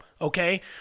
okay